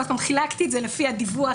חילקתי את זה לפי הדיווח,